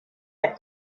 had